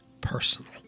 personal